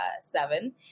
seven